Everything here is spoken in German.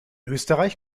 österreich